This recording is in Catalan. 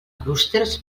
clústers